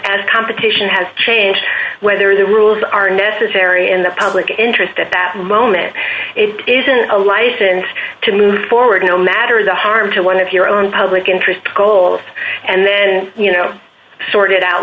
as competition has changed whether the rules are necessary and the public interest at that moment isn't a license to move forward no matter the harm to one of your own public interest goals and then you know sort it out